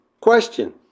Question